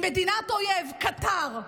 עם מדינה אויב, קטר,